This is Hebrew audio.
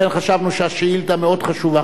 לכן חשבנו שהשאילתא מאוד חשובה,